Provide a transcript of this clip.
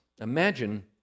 Imagine